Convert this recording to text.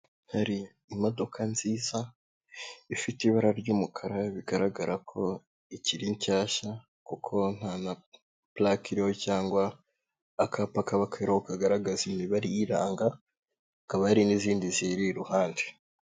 Hari imodoka nziza, ifite ibara ry'umukara bigaragara ko ikiri nshyashya kuko nta na purake iriho cyangwa akapa kaba kariho kagaragaza imibare iyiranga hakaba hari n'izindi ziyiri iruhande.